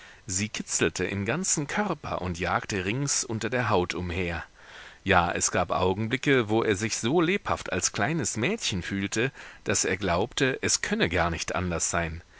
sie kitzelte im ganzen körper und jagte rings unter der haut umher ja es gab augenblicke wo er sich so lebhaft als kleines mädchen fühlte daß er glaubte es könne gar nicht anders sein